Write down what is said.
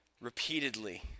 repeatedly